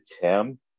Tim